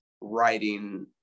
writing